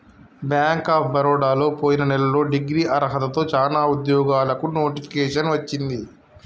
bank of బరోడలో పొయిన నెలలో డిగ్రీ అర్హతతో చానా ఉద్యోగాలకు నోటిఫికేషన్ వచ్చింది